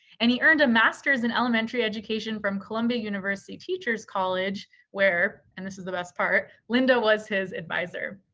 and he earned a master's in elementary education from columbia university teachers college where and this is the best part, linda was his advisor.